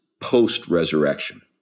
post-resurrection